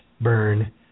burn